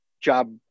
job